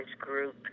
group